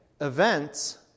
events